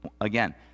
Again